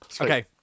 Okay